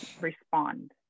respond